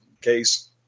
case